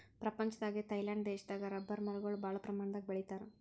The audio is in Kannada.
ಪ್ರಪಂಚದಾಗೆ ಥೈಲ್ಯಾಂಡ್ ದೇಶದಾಗ್ ರಬ್ಬರ್ ಮರಗೊಳ್ ಭಾಳ್ ಪ್ರಮಾಣದಾಗ್ ಬೆಳಿತಾರ್